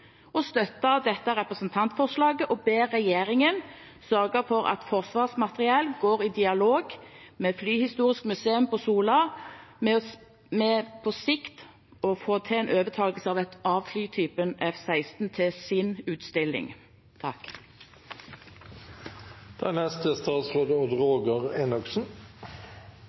dette representantforslaget og be regjeringen sørge for at Forsvarsmateriell går i dialog med Flyhistorisk Museum Sola med sikte på overtakelse av flytypen F-16 til sin utstilling. Avhendingen av F-16-systemet er det største avhendingsprosjektet i forsvarssektoren av